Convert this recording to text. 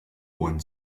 ohren